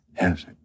Yes